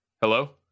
Hello